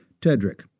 Tedrick